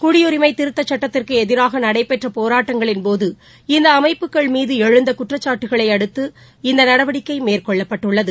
குடியுரிமைத் திருத்தச் சட்டத்திற்கு எதிராக நடைபெற்ற போராட்டங்களின் போது இந்த அமைப்புகள் மீது எழுந்த குற்றச்சாட்டுகளை அடுத்து இந்த நடவடிக்கை மேற்கொள்ளப்பட்டுள்ளது